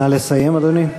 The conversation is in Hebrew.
נא לסיים, אדוני.